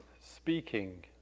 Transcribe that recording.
speaking